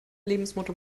lebensmotto